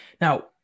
Now